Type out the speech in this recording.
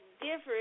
different